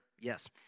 Yes